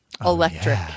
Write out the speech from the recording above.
Electric